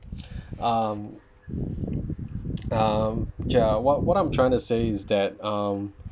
um um ya what what I'm trying to say is that um